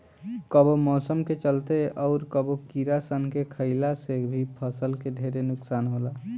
कबो मौसम के चलते, अउर कबो कीड़ा सन के खईला से भी फसल के ढेरे नुकसान होला